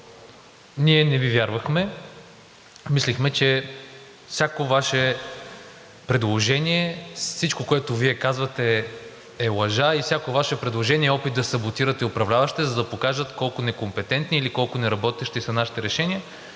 ние не Ви вярвахме – мислехме, че всяко Ваше предложение, с всичко, което Вие казвате, е лъжа и всяко Ваше предложение е опит да саботирате управляващите, за да покажете колко некомпетентни или колко неработещи са нашите решения.